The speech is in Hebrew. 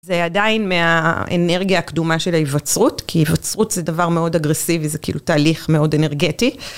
זה עדיין מהאנרגיה הקדומה של ההיווצרות כי היווצרות זה דבר מאוד אגרסיבי, זה כאילו תהליך מאוד אנרגטי.